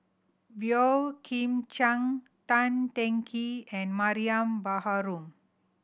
Boey Kim Cheng Tan Teng Kee and Mariam Baharom